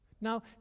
Now